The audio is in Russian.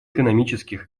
экономических